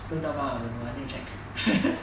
真的吗 I don't know leh I need to check